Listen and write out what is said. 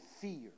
fear